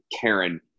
Karen